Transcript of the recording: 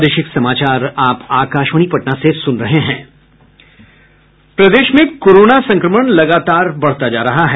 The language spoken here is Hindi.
प्रदेश में कोरोना संक्रमण लगातार बढ़ता जा रहा है